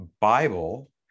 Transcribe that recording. bible